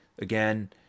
again